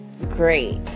great